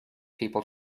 people